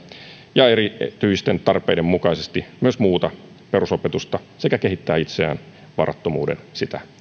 ja erityisten tarpeiden mukaisesti myös muuta perusopetusta sekä kehittää itseään varattomuuden sitä